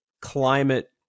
climate